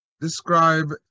Describe